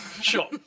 Sure